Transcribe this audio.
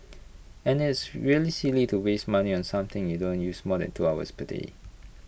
and it's really silly to waste money on something you don't use more than two hours per day